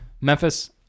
Memphis